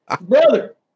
Brother